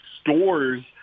stores